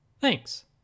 Thanks